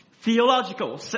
theological